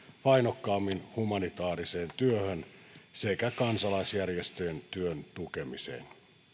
painokkaammin humanitaariseen työhön sekä kansalaisjärjestöjen työn tukemiseen